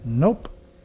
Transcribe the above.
Nope